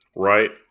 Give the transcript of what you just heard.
Right